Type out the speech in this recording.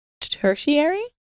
Tertiary